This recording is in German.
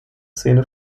szene